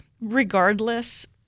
regardless